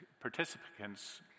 participants